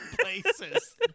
places